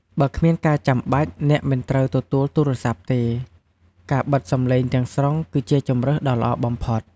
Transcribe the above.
បើគ្មានការចាំបាច់ អ្នកមិនត្រូវទទួលទូរស័ព្ទទេ ការបិទសំឡេងទាំងស្រុងគឺជាជម្រើសដ៏ល្អបំផុត។